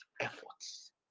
efforts